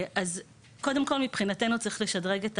אז, קודם כל מבחינתנו, צריך לשדרג את